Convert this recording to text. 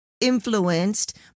influenced